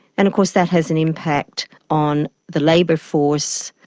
and of course that has an impact on the labour force,